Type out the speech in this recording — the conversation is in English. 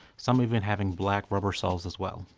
some even having black rubber soles as well.